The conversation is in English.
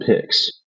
picks